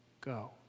go